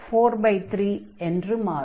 அப்போது x43 என்று மாறும்